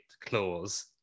clause